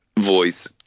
voice